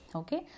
okay